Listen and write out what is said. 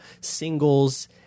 singles